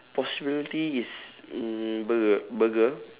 possibility is mm burger burger